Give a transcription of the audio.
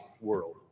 world